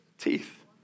teeth